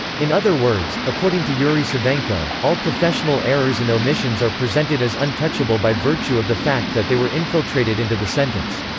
in other words, according to yuri savenko, all professional errors and omissions are presented as untouchable by virtue of the fact that they were infiltrated into the sentence.